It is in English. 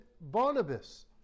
Barnabas